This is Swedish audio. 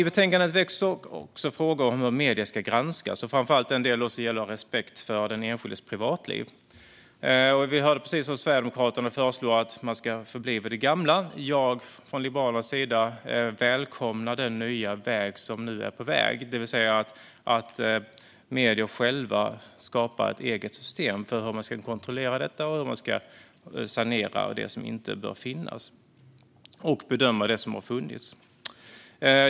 I betänkandet väcks också frågor om hur medier ska granskas. Framför allt finns en del som gäller respekt för den enskildes privatliv. Vi hörde precis hur Sverigedemokraterna föreslår att man ska förbli vid det gamla. Jag välkomnar från Liberalernas sida den nya väg som nu påbörjats, alltså att medier själva skapar ett eget system för hur man ska kontrollera detta och hur man ska sanera det som inte bör finnas och bedöma det som har funnits.